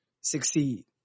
succeed